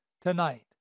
tonight